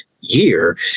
year